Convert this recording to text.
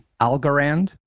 Algorand